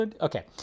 Okay